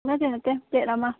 ꯅꯠꯇꯦ ꯅꯠꯇꯦ ꯄ꯭ꯂꯦꯠ ꯑꯃ